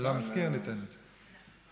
ניתן את זה.